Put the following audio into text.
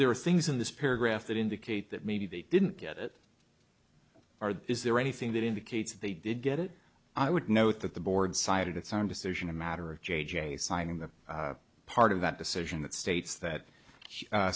there are things in this paragraph that indicate that maybe they didn't get it or is there anything that indicates that they did get it i would note that the board cited its own decision a matter of j j signing the part of that decision that states that